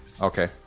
Okay